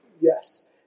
yes